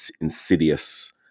insidious